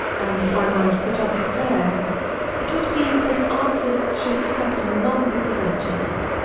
and if i might put up a prayer it would be that artists should select none but the richest.